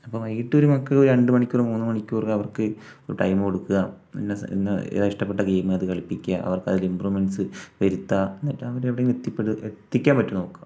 അപ്പോൾ വൈകീട്ട് നമുക്ക് ഒരു രണ്ട് മണിക്കൂർ മൂന്ന് മണിക്കൂർ അവർക്ക് ഒരു ടൈം കൊടുക്കുക ഇന്ന ഏതാ ഇഷ്ടപ്പെട്ട ഗെയിം അത് കളിപ്പിക്കുക അവർക്ക് അതിൽ ഇംപ്രൂവ്മെന്റ്സ് വരുത്തുക എന്നിട്ട് അവർ എവിടെയേലും എത്തിപ്പെടുക എത്തിക്കാൻ പറ്റുമോ എന്ന് നോക്കുക